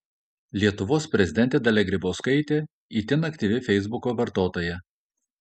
lietuvos prezidentė dalia grybauskaitė itin aktyvi feisbuko vartotoja